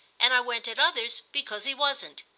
and i went at others because he wasn't.